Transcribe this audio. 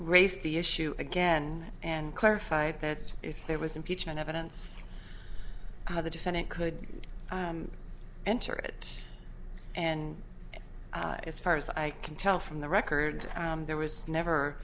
raised the issue again and clarified that if there was impeachment evidence of the defendant could enter it and as far as i can tell from the record there was never